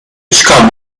çıkan